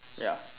ya